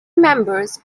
numbers